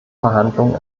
verhandlungen